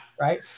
right